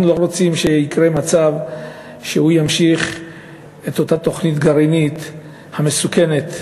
אנחנו לא רוצים שיקרה מצב שהוא ימשיך את אותה תוכנית גרעינית מסוכנת,